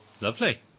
lovely